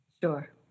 Sure